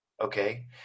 Okay